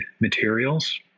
materials